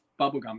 bubblegum